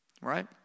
Right